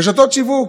רשתות שיווק.